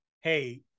hey